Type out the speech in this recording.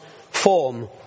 form